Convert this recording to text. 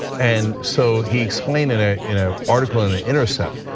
and so he explained in a in a article in the intercept,